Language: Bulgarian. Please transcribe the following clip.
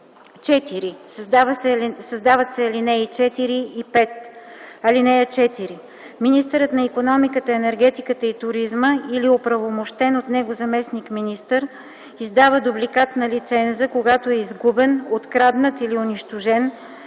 4”. 4. Създават се алинеи 4 и 5: „(4) Министърът на икономиката, енергетиката и туризма или оправомощен от него заместник-министър издава дубликат на лиценза, когато е изгубен, откраднат или унищожен,